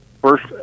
first